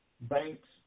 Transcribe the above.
banks